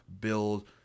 build